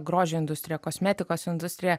grožio industrija kosmetikos industrija